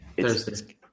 Thursday